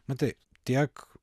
matai tiek